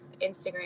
Instagram